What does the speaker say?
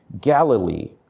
Galilee